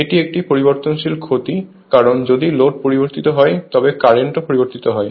এটি একটি পরিবর্তনশীল ক্ষতি কারণ যদি লোড পরিবর্তিত হয় তবে কারেন্ট ও পরিবর্তিত হয়